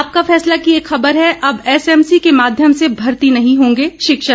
आपका फैसला की एक खबर है अब एसएमसी के माध्यम से भर्ती नहीं होंगे शिक्षक